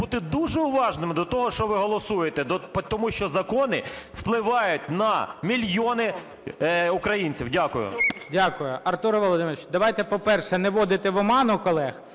бути дуже уважними до того, що ви голосуєте. Тому що закони впливають на мільйони українців. Дякую. ГОЛОВУЮЧИЙ. Дякую. Артуре Володимирович, давайте, по-перше, не вводити в оману колег.